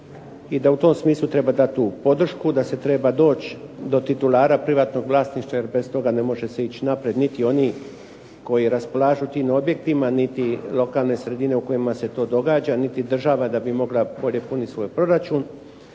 i da u tom smislu treba dati tu podršku, da se treba doći do titulara privatnog vlasništva, jer bez toga ne može se ići naprijed niti oni koji raspolažu tim objektima, niti lokalne sredine u kojima se to događa, niti država da bi mogla bolje puniti svoj proračun.